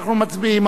אנחנו מצביעים.